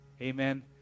Amen